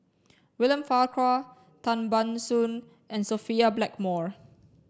William Farquhar Tan Ban Soon and Sophia Blackmore